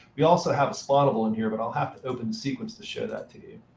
we also have a spawnable in here, but i'll have to open the sequence to show that to you.